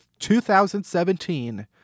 2017